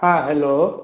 हँ हेलो